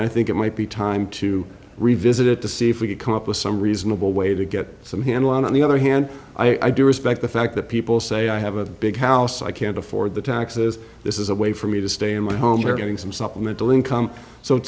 i think it might be time to revisit it to see if we could come up with some reasonable way to get some handle on the other hand i do respect the fact that people say i have a big house i can't afford the taxes this is a way for me to stay in my home during some supplemental income so